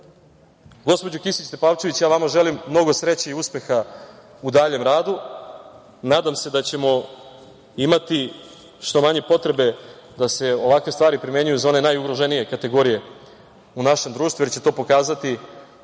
Kisić Tepavčević, ja vama želim mnogo sreće i uspeha u daljem radu. Nadam se da ćemo imati što manje potrebe da se ovakve stvari primenjuju za one najugroženije kategorije u našem društvu jer će to pokazati